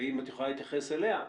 ואם את יכולה להתייחס אליה,